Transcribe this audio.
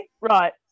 right